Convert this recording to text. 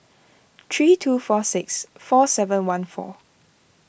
three two four six four seven one four